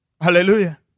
Hallelujah